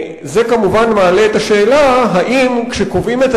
זה, כמובן, מעלה את השאלה, האם כשקובעים את